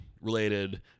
related